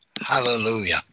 Hallelujah